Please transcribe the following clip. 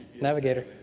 navigator